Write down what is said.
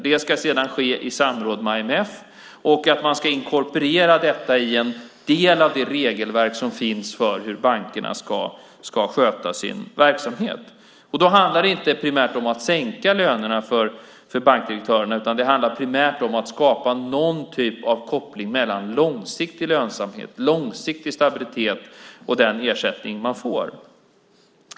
Det ska ske i samråd med IMF. Detta ska sedan inkorporeras i en del av det regelverk som finns för hur bankerna ska sköta sin verksamhet. Det handlar inte primärt om att sänka lönerna för bankdirektörerna, utan det handlar primärt om att skapa någon typ av koppling mellan långsiktig lönsamhet, långsiktig stabilitet och den ersättning man får.